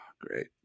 Great